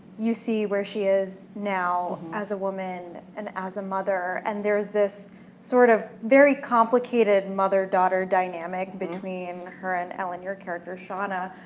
you see where she is now as a woman and as a mother and there's this sort of very complicated mother-daughter dynamic between her and ellen, your character shawna,